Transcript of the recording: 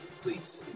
Please